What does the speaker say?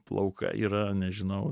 plaukai yra nežinau